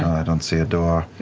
i don't see a door.